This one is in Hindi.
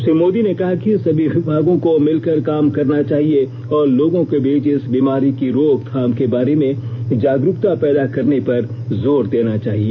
श्री मोदी ने कहा कि सभी विभागों को मिलकर काम करना चाहिए और लोगों के बीच इस बीमारी की रोकथाम के बारे में जागरुकता पैदा करने पर जोर देना चाहिए